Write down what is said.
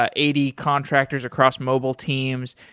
ah eighty contractors across mobile teams.